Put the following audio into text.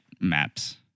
maps